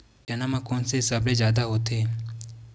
चना म कोन से सबले जादा होथे?